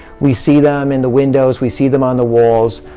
we see them in the windows. we see them on the walls.